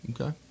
Okay